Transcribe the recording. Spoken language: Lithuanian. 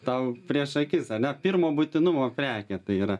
tau prieš akis ane pirmo būtinumo prekė tai yra